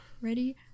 Ready